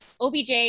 OBJ